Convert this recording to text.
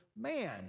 man